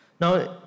Now